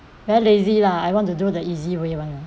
we're lazy lah I want to do the easy way [one] ah